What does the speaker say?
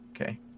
okay